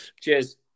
Cheers